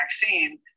vaccine